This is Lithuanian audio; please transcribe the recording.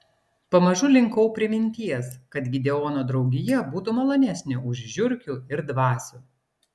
pamažu linkau prie minties kad gideono draugija būtų malonesnė už žiurkių ir dvasių